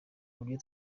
uburyo